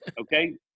okay